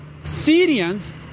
Syrians